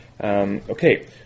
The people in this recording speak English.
Okay